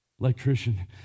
electrician